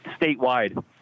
statewide